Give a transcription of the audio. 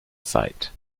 site